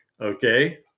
Okay